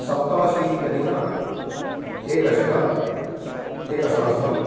सप्ताशीत्यधिक एकशत एकसहस्रम्